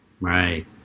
Right